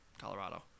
Colorado